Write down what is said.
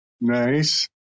Nice